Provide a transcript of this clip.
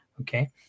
okay